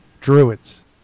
Druids